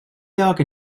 lloc